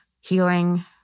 healing